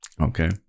Okay